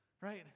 Right